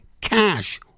cash